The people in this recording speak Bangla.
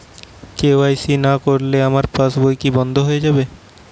কে.ওয়াই.সি না করলে আমার পাশ বই কি বন্ধ হয়ে যাবে?